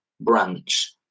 branch